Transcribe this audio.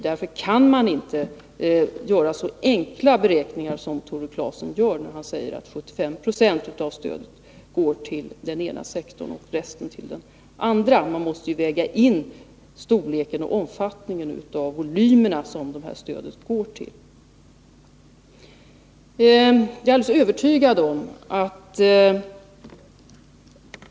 Därför kan man inte göra så enkla beräkningar som Tore Claeson gör när han säger att 75 20 av stödet går till den ena sektorn och resten till den andra, utan man måste ju väga in omfattningen av de volymer som det här stödet går till.